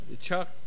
Chuck